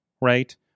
right